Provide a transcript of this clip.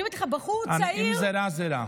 אם זה רע, זה רע.